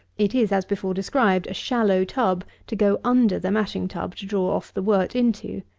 it is, as before described, a shallow tub, to go under the mashing-tub to draw off the wort into.